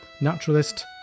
naturalist